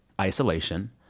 isolation